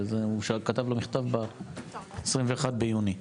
הוא כתב לו מכתב בתאריך ה-21 ביוני.